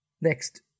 Next